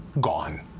gone